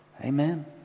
Amen